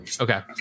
Okay